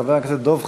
חבר הכנסת דב חנין,